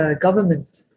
government